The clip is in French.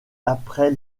après